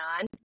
on